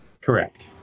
Correct